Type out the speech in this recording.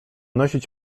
nosić